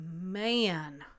man